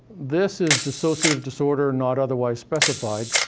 this is dissociative disorder not otherwise specified,